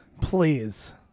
please